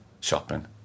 shopping